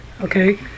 Okay